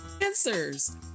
answers